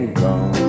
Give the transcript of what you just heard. gone